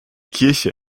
kirche